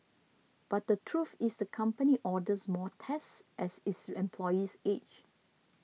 but the truth is the company orders more tests as its employees age